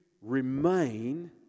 remain